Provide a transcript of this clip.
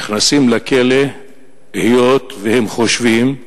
נכנסים לכלא היות שהם חושבים,